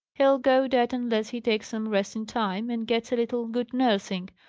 he'll go dead, unless he takes some rest in time, and gets a little good nursing.